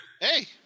Hey